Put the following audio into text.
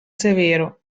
severo